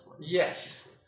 Yes